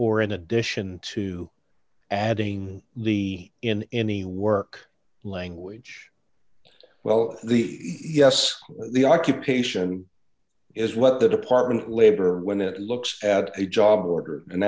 or in addition to adding the in any work language well the yes the occupation is what the department of labor when it looks at a job or